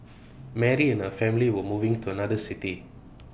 Mary and her family were moving to another city